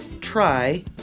try